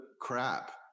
crap